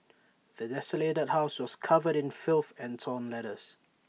the desolated house was covered in filth and torn letters